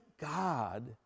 God